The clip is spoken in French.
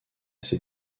ses